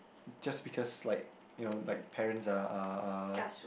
just because like you know like parents are are are